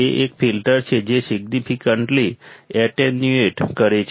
તે એક ફિલ્ટર છે જે સિગ્નિફિકન્ટલી એટેન્યુએટ કરે છે